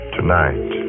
Tonight